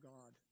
God